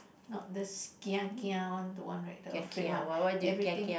not this kia kia one don't want like the afraid one everything